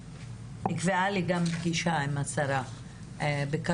נקבעה לי גם פגישה עם השרה בקרוב,